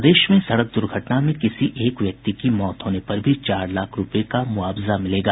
प्रदेश में सड़क दुर्घटना में किसी एक व्यक्ति की मौत होने पर भी चार लाख रूपये का मुआवजा मिलेगा